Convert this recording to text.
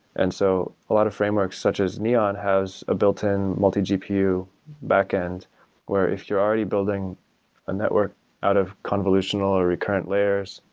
and so a lot of frameworks such as neon has a built-in multi-gup back-end where if you're already building a network out of convolutional or recurrent layers,